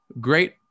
Great